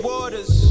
Waters